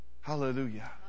Hallelujah